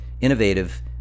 innovative